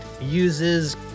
uses